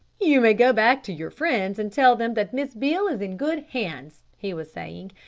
you may go back to your friends and tell them that miss beale is in good hands, he was saying.